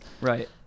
right